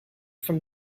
from